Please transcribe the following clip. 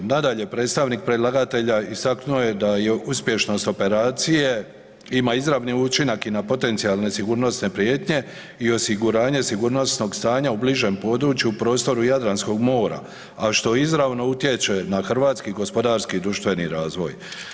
Nadalje predstavnik predlagatelja istaknuo je da je uspješnost operacije ima izravni učinak i na potencijalne sigurnosne prijetnje i osiguranje sigurnosnog stanja u bližem području u prostoru Jadranskog mora, a što izravno utječe na hrvatski gospodarski društveni razvoj.